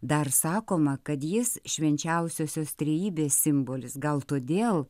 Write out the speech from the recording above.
dar sakoma kad jis švenčiausiosios trejybės simbolis gal todėl